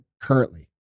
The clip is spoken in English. currently